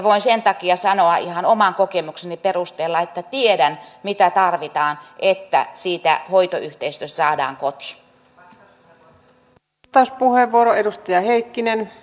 voin sen takia sanoa ihan oman kokemukseni perusteella että tiedän mitä tarvitaan että siitä hoitoyhteisöstä saadaan koti